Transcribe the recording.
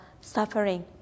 suffering